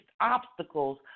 obstacles